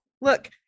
Look